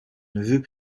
neveu